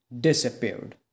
disappeared